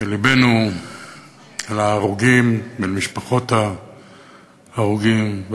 ולבנו להרוגים ולמשפחות ההרוגים,